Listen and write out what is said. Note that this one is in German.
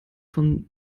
von